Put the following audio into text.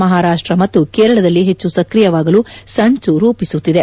ಮಹಾರಾಷ್ ಮತ್ತು ಕೇರಳದಲ್ಲಿ ಹೆಚ್ಚು ಸ್ಕಿಯವಾಗಲು ಸಂಚು ರೂಪಿಸುತ್ತಿದೆ